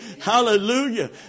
Hallelujah